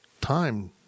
time